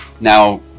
Now